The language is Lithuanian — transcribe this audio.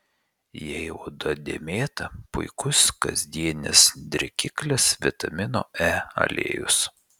jei oda dėmėta puikus kasdienis drėkiklis vitamino e aliejus